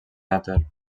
èter